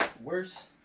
Worse